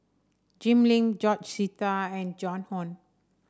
Jim Lim George Sita and Joan Hon